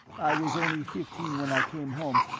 i was only fifteen when i came home,